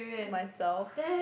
myself